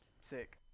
Sick